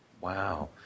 Wow